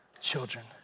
children